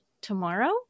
tomorrow